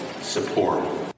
support